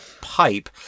pipe